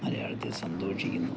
മലയാളത്തിൽ സന്തോഷിക്കുന്നു